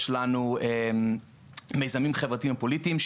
יש לנו מיזמים חברתיים ופוליטיים,